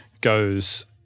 goes